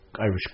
Irish